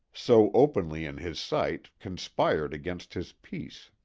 so openly in his sight conspired against his peace